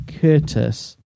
Curtis